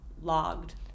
logged